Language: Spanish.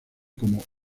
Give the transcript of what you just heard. como